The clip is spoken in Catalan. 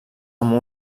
amb